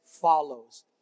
follows